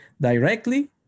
directly